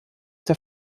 der